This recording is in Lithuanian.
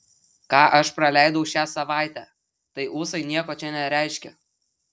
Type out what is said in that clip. ką aš praleidau šią savaitę tai ūsai nieko čia nereiškia